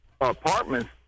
apartments